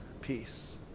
peace